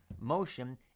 motion